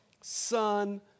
son